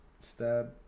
stab